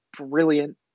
brilliant